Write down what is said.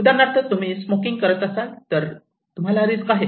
उदाहरणार्थ तुम्ही स्मोकिंग करत असाल तर तुम्हाला रिस्क आहे